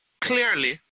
clearly